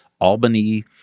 Albany